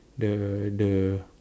the the